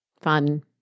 fun